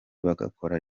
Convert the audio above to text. bagakora